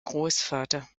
großvater